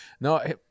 No